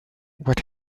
what